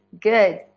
good